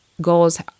goals